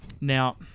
Now